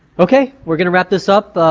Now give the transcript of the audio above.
okay we're gonna wrap this up.